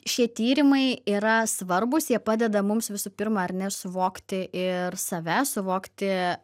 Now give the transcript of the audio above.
šie tyrimai yra svarbūs jie padeda mums visų pirma ar nesuvokti ir save suvokti